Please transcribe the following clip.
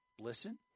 listen